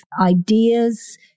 ideas